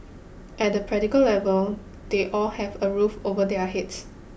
at the practical level they all have a roof over their heads